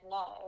no